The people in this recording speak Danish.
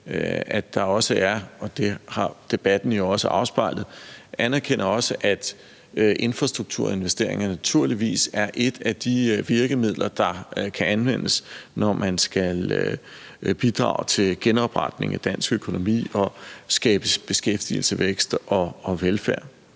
anerkender, og det har debatten jo også afspejlet, at infrastrukturinvesteringer naturligvis er et af de virkemidler, der kan anvendes, når man skal bidrage til genopretningen af dansk økonomi og skabe beskæftigelse, vækst og velfærd.